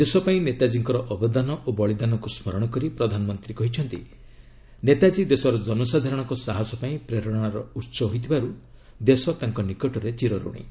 ଦେଶ ପାଇଁ ନେତାଜୀଙ୍କର ଅବଦାନ ଓ ବଳୀଦାନକୁ ସ୍ମରଣ କରି ପ୍ରଧାନମନ୍ତ୍ରୀ କହିଛନ୍ତି ନେତାଜୀ ଦେଶର ଜନସାଧାରଣଙ୍କ ସାହସ ପାଇଁ ପ୍ରେରଣାର ଉହ ହୋଇଥିବାରୁ ଦେଶ ତାଙ୍କ ନିକଟରେ ଚିରଋଣୀ